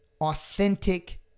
authentic